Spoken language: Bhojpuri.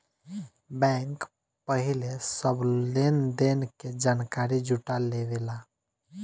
बैंक पहिले सब लेन देन के जानकारी जुटा लेवेला